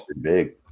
big